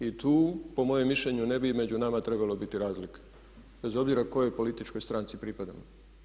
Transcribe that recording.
I tu po mojem mišljenju ne bi među nama trebalo biti razlike bez obzira kojoj političkoj stranci pripadamo.